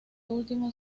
último